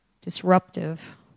disruptive